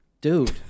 Dude